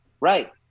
right